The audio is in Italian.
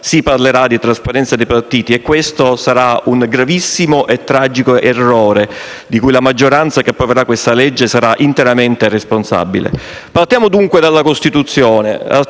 si parlerà di trasparenza dei partiti. E questo sarà un gravissimo e tragico errore di cui la maggioranza che approverà la legge sarà interamente responsabile. Partiamo dunque dalla Costituzione.